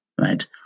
right